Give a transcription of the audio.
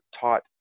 taught